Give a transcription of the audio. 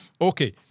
Okay